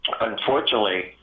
unfortunately